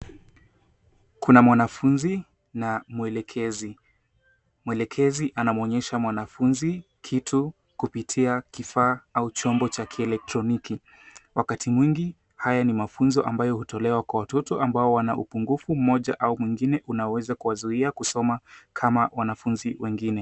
Kuna mwanafunzi na mwelekezi. Mwelekezi anamwonyesha mwanafunzi kitu, kupitia kifaa au chombo cha kieletroniki. Wakati mwingi, haya ni mafunzo ambayo hutolewa kwa watoto ambao wana upungufu mmoja au mwingine unaoweza kuwazuia kusoma kama wanafunzi wengine.